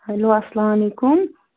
hello اَسلامُ علیکُم